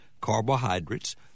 carbohydrates